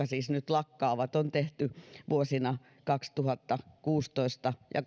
siis nyt lakkaavat on tehty vuosina kaksituhattakuusitoista ja